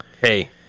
Hey